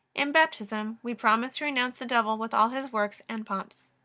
in baptism we promise to renounce the devil with all his works and pomps.